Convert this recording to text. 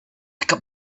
picked